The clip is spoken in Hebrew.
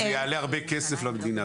זה יעלה הרבה כסף למדינה.